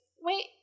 Wait